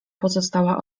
pozostała